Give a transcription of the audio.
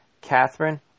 Catherine